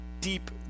deep